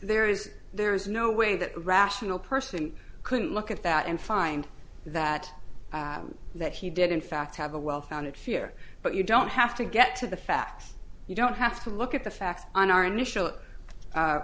there is there is no way that a rational person couldn't look at that and find that that he did in fact have a well founded fear but you don't have to get to the facts you don't have to look at the facts on our initial